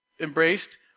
embraced